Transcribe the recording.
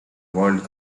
world